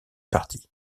parti